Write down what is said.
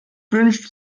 wünscht